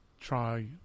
try